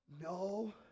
No